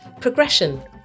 progression